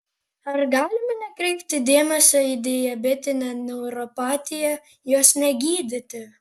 ar galime nekreipti dėmesio į diabetinę neuropatiją jos negydyti